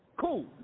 Cool